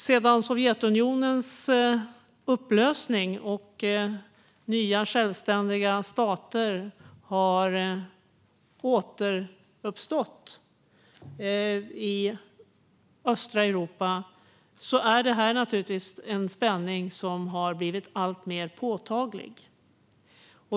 Sedan Sovjetunionen upplöstes och nya självständiga stater återuppstod i östra Europa är detta en spänning som har blivit alltmer påtaglig.